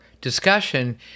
discussion